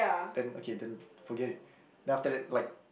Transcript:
then okay then forget it then after that like